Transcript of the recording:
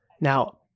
Now